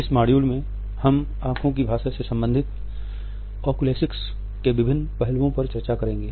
इस मॉड्यूल में हम आंखों की भाषा से संबंधित ओकुलेसिक्स के विभिन्न पहलुओं पर चर्चा करेंगे